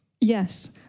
Yes